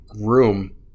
room